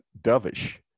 dovish